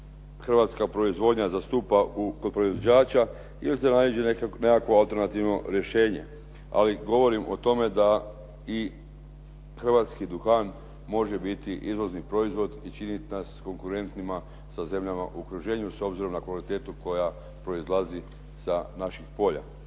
hrvatska proizvodnja zastupa kod proizvođača ili se naiđe na nekakvo alternativno rješenje. Ali govorim o tome da i hrvatski duhan može biti izvozni proizvod i činiti nas konkurentnima sa zemljama u okruženju s obzirom na kvalitetu koja proizlazi sa naših polja.